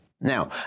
Now